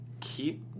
keep